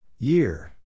Year